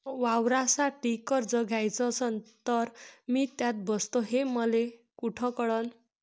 वावरासाठी कर्ज घ्याचं असन तर मी त्यात बसतो हे मले कुठ कळन?